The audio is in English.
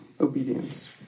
obedience